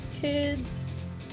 kids